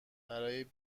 برای